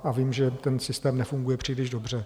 A vím, že ten systém nefunguje zatím příliš dobře.